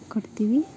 ಕೊಡ್ತೀವಿ